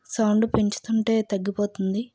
sound పెంచుతుంటే తగ్గిపోతుంది